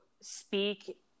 speak